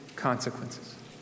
Consequences